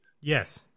Yes